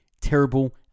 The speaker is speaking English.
terrible